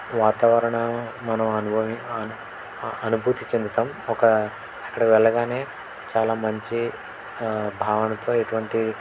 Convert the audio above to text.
వాతావరణం మనం అనుభవి అను అనుభూతి చెందుతాము ఒక అక్కడ వెళ్ళగానే చాలా మంచి భావనతో ఎటువంటి